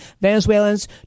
Venezuelans